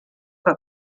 que